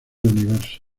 universo